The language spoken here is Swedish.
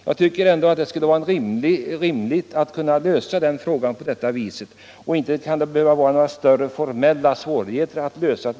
Jag tycker det skulle vara rimligt att lösa frågan på dewua sätt. Det kan inte behöva vara några större formella svårigheter.